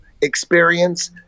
experience